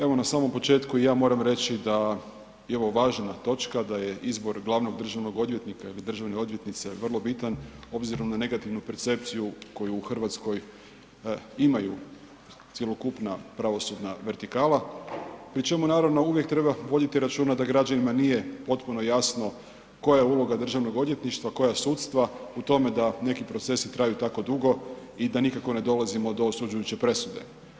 Evo, na samom početku i ja moram reći da je ovo važna točka, da je izbor glavnog državnog odvjetnika ili državne odvjetnice vrlo bitan obzirom na negativnu percepciju koju u Hrvatskoj imaju cjelokupna pravosudna vertikala, pri čemu naravno, uvijek treba voditi računa da građanima nije potpuno jasno koja je uloga DORH-a, koja sudstva u tome da neki procesi traju tako dugo i da nikako ne dolazimo do osuđujuće presude.